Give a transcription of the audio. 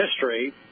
history